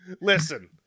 listen